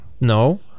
No